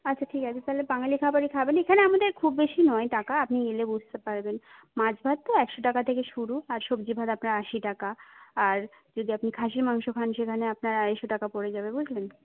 আচ্ছা ঠিক আছে তাহলে বাঙালি খাবারই খাবেন এখানে আমাদের খুব বেশি নয় টাকা আপনি এলে বুঝতে পারবেন মাছ ভাত তো একশো টাকা থেকে শুরু আর সবজি ভাত আপনার আশি টাকা আর যদি আপনি খাসির মাংস খান সেখানে আপনার আড়াইশো টাকা পড়ে যাবে বুঝলেন